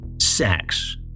sex